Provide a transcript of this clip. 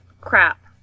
crap